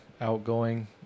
outgoing